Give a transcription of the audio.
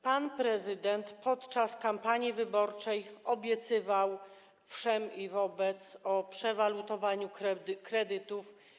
Pan prezydent podczas kampanii wyborczej obiecywał wszem i wobec przewalutowanie kredytów.